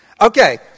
Okay